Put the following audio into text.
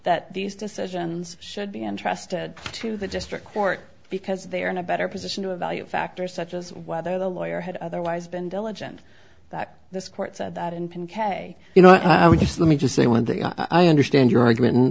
that these decisions should be entrusted to the district court because they are in a better position to evaluate factors such as whether the lawyer had otherwise been diligent that this court said that in pink a you know i would just let me just say when they are i understand your argument and